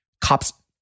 cops